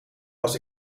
was